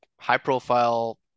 high-profile